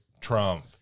Trump